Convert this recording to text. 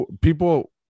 people